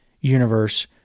universe